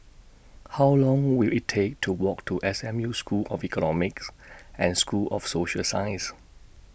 How Long Will IT Take to Walk to S M U School of Economics and School of Social Sciences